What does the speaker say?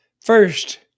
First